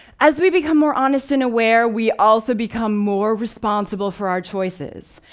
as we become more honest and aware, we also become more responsible for our choices.